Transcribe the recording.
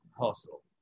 Hustle